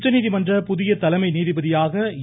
உச்சநீதிமன்ற புதிய தலைமை நீதிபதியாக என்